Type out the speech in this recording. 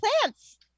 plants